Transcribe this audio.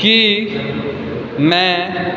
ਕੀ ਮੈਂ